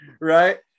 right